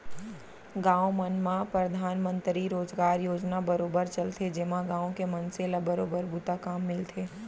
गाँव मन म परधानमंतरी रोजगार योजना बरोबर चलथे जेमा गाँव के मनसे ल बरोबर बूता काम मिलथे